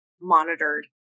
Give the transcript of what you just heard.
monitored